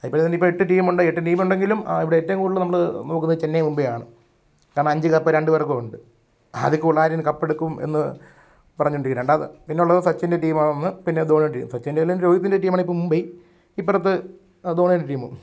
I P L ഇപ്പോൾ എട്ട് ടീമുണ്ട് എട്ട് ടീം ഉണ്ടെങ്കിലും ഇവിടെ ഏറ്റവും കൂടുതൽ നമ്മൾ നോക്കുന്നത് ചെന്നൈ മുംബൈയാണ് കാരണം അഞ്ച് കപ്പ് രണ്ടു പേർക്കുമുണ്ട് അതിൽ കൂടുതലാരിനി കപ്പെടുക്കും എന്ന് പറഞ്ഞുകൊണ്ടിരിക്കും രണ്ടാമത് പിന്നെ ഉള്ളത് സച്ചിൻ്റെ ടീമാണൊന്ന് പിന്നെ ധോണിയുടെ ടീം സച്ചിൻ്റെലും രോഹിത്തിന്റെയും ടീമാണ് ഇപ്പോൾ മുംബൈ ഇപ്പുറത്ത് അദ്വാനിയുടെ ടീമും